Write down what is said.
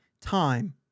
time